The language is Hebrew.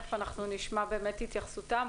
תכף נשמע את התייחסותם.